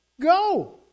go